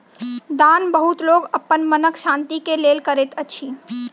दान बहुत लोक अपन मनक शान्ति के लेल करैत अछि